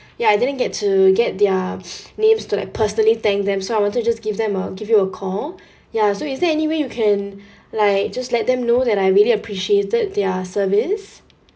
ya I didn't get to get their names to like personally thank them so I wanted to just give them a give you a call ya so is there any way you can like just let them know that I really appreciated their service